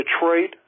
detroit